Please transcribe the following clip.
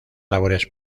labores